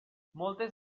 moltes